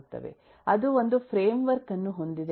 ಅದು ಒಂದು framework ಅನ್ನು ಹೊಂದಿದೆ